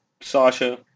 Sasha